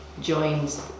joins